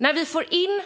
När vi får in